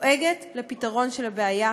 דואגת לפתרון של הבעיה.